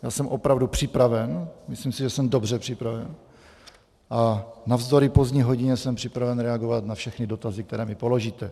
Já jsem opravdu připraven, a myslím, že jsem dobře připraven, a navzdory pozdní hodině jsem připraven reagovat na všechny dotazy, které mi položíte.